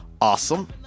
awesome